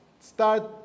start